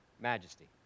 majesty